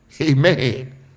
Amen